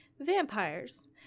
vampires